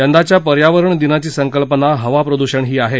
यंदाच्या पर्यावरणदिनाची संकल्पना हवा प्रदूषण ही आहे